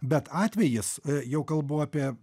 bet atvejis jau kalbu apie